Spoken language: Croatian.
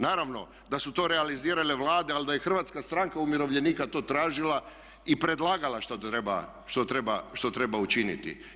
Naravno da u to realizirale Vlade, ali da je Hrvatska stranka umirovljenika to tražila i predlagala što treba učiniti.